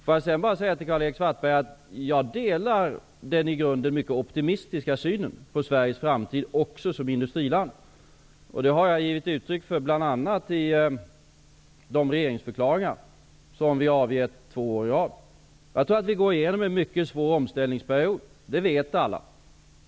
Får jag sedan säga till Karl-Erik Svartberg att jag delar den i grunden mycket optimistiska synen på Sveriges framtid också som industriland. Det har jag givit uttryck för bl.a. i de regeringsförklaringar som jag avgett två år i rad. Jag tror att vi går igenom en mycket svår omställningsperiod. Det vet alla.